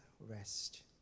Rest